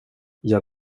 jag